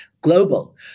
global